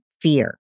fear